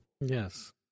Yes